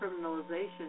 criminalization